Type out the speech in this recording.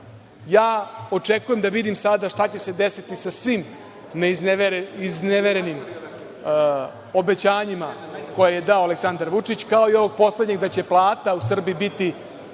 Očekujem da vidim sada šta će se desiti sa svim izneverenim obećanjima koje je dao Aleksandar Vučić, kao i ovog poslednjeg da će plata prosečna u Srbiji biti